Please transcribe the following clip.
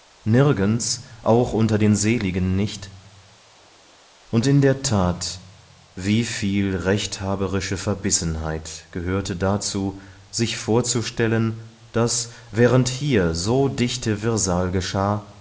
nirgends auch unter den seligen nicht und in der tat wieviel rechthaberische verbissenheit gehörte dazu sich vorzustellen daß während hier so dichte wirrsal geschah